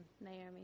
Naomi